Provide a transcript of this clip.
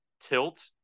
tilt